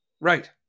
Right